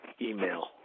email